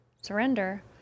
surrender